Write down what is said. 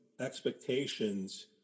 expectations